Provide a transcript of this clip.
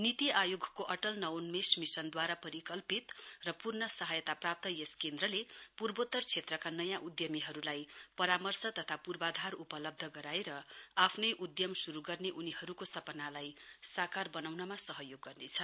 नीति आयोगको अटल नवोन्मेष मिशनद्वारा परिकल्पित र पूर्ण सहायताप्राप्त यस केन्द्रले पूर्वोतर क्षेत्रका नयाँ उध्मीहरूलाई परामर्श तथा पूर्वाधार उपलब्ध गराएर आफ्नै उध्म शुरू गर्ने उनीहरूको सपनालाई साकार बनाउनमा सहयोग गर्नेछ